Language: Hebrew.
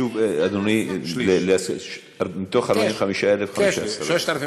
שוב, אדוני, מ-45,000, 15,000. כן.